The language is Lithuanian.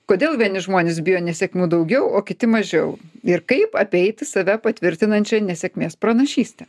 kodėl vieni žmonės bijo nesėkmių daugiau o kiti mažiau ir kaip apeiti save patvirtinančią nesėkmės pranašystę